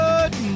Good